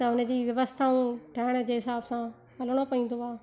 त हुन जी व्यवस्थाऊं ठहण जे हिसाब सां हलणो पवंदो आहे